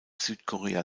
südkorea